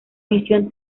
misión